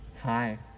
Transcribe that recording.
Hi